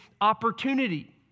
opportunity